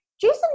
Jason